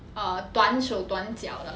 err 短手短脚的